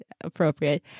appropriate